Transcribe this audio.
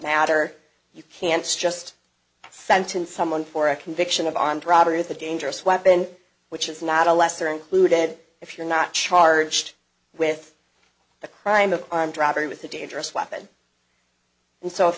matter you can't stressed sentence someone for a conviction of armed robbery with a dangerous weapon which is not a lesser included if you're not charged with a crime of armed robbery with a dangerous weapon and so if